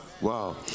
Wow